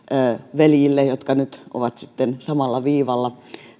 veljille jotka ovat samalla viivalla